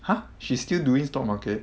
!huh! she still doing stock market